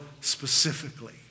specifically